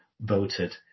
voted